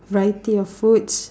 variety of foods